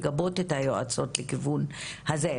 לגבות את היועצות לכיוון הזה.